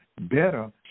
better